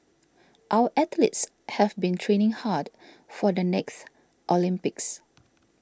our athletes have been training hard for the next Olympics